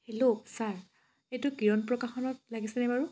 hello sir এইটো কিৰণ প্ৰকাশনত লাগিছেনে বাৰু